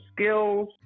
skills